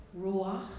Ruach